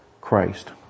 Christ